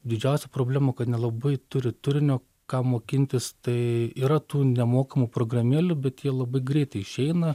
didžiausia problema kad nelabai turi turinio ką mokintis tai yra tų nemokamų programėlių bet jie labai greitai išeina